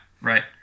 right